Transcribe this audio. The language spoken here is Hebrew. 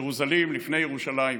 ג'רוזלים, לפני ירושלים.